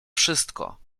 wszystko